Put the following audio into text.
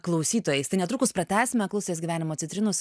klausytojais tai netrukus pratęsime klausotės gyvenimo citrinų